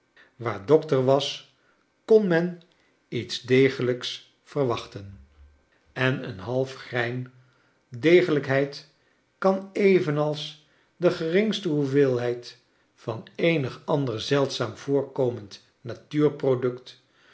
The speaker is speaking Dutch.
waar dokter was kon men iets degelijks verwachten en een half grein degelijkheid kan evenals de geringste hoeveelheid van eenig ander zeldzaam voorkomend